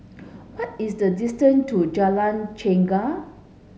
what is the distance to Jalan Chegar